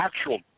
actual